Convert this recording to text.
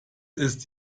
ist